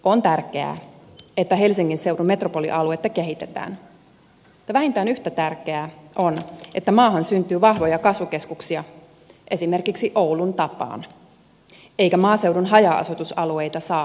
on tärkeää että helsingin seudun metropolialuetta kehitetään mutta vähintään yhtä tärkeää on että maahan syntyy vahvoja kasvukeskuksia esimerkiksi oulun tapaan eikä maaseudun haja asutusalueita saa unohtaa